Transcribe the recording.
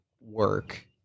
work